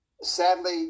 Sadly